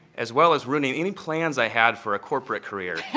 as well as ruining any plans i had for a corporate career!